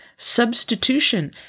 Substitution